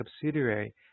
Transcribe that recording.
subsidiary